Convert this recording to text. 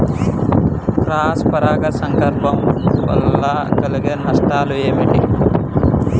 Cross పరాగ సంపర్కం వల్ల కలిగే నష్టాలు ఏమిటి?